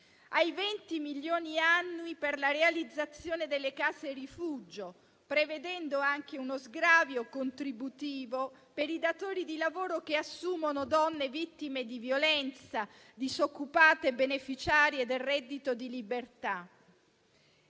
ai 20 milioni annui per la realizzazione delle case rifugio, prevedendo anche uno sgravio contributivo per i datori di lavoro che assumono donne vittime di violenza disoccupate beneficiarie del reddito di libertà.